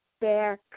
back